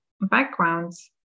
backgrounds